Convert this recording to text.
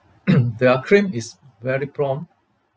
their claim is very prompt